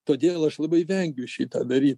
todėl aš labai vengiu šitą daryt